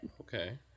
Okay